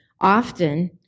Often